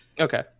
Okay